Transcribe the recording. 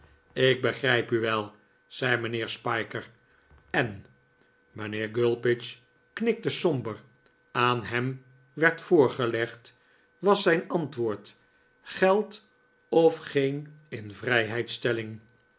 ik begrijp u wel zei mijnheer spiker n mijnheer gulpidge knikte somber aan hem werd voorgelegd was zijn antwoord geld of geen invrijheidstelling